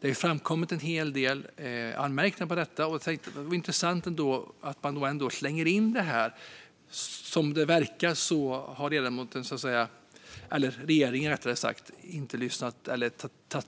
Det har framkommit att det finns en hel del anmärkningar på den. Ändå slänger man in det här. Som det verkar har regeringen inte tagit